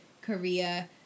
Korea